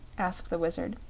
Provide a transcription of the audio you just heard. asked the wizard.